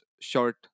short